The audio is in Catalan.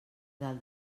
del